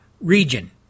region